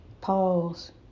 Pause